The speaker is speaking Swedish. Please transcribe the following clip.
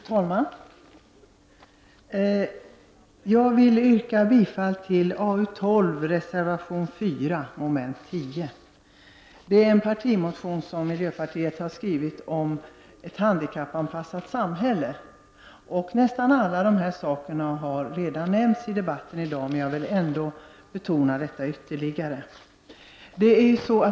Fru talman! Jag vill yrka bifall till reservation 4, mom. 10 i AU12. Det gäller en partimotion som miljöpartiet har väckt om ett handikappanpassat samhälle. Nästan allt om detta har redan sagts i debatten i dag, men jag vill ändå betona det ytterligare.